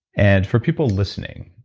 and, for people listening,